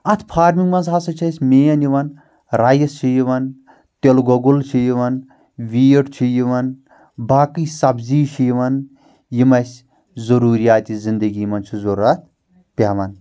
اتھ فارمنٛگ منٛز ہسا چھ اسہِ مین یِوان رایِس چھُ یِوان تِلگۄگُل چھُ یِوان ویٖٹ چھُ یِوان باقٕے سبزی چھِ یِوان یِم اسہِ ضروریاتہِ زنٛدگی منٛز چھِ ضرورت پٮ۪وان